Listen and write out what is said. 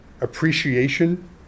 appreciation